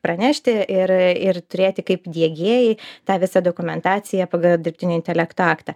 pranešti ir ir turėti kaip diegėjai tą visą dokumentaciją pagal dirbtinio intelekto aktą